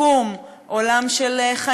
עולם של שיקום,